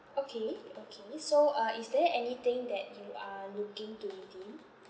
okay okay so uh is there anything that you are looking to redeem